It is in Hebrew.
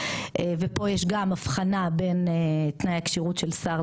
ופה יש גם הבחנה בין תנאי הכשירות של שר,